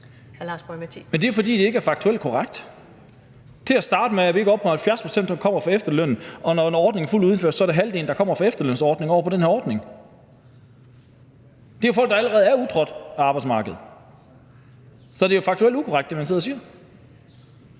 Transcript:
det er, fordi det ikke er faktuelt korrekt. Til at starte med er vi ikke oppe på 70 pct., som kommer fra efterlønnen, og når ordningen er fuldt indført, er det halvdelen, der kommer fra efterlønsordningen over på den her ordning. Det er jo folk, der allerede er udtrådt af arbejdsmarkedet. Så det, man sidder og siger,